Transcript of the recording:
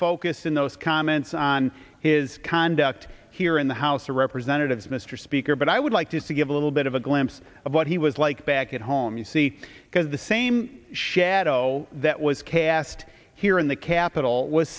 focused in those comments on his conduct here in the house of representatives mr speaker but i would like to give a little bit of a glimpse of what he was like back at home you see because the same shadow that was cast here in the capitol was